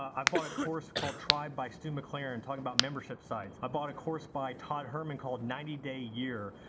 i bought a course called tribe by steve mcclaren, and talking about membership sites. i bought a course by todd herman called ninety day year.